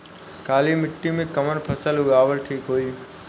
काली मिट्टी में कवन फसल उगावल ठीक होई?